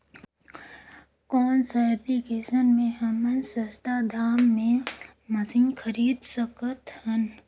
कौन सा एप्लिकेशन मे हमन सस्ता दाम मे मशीन खरीद सकत हन?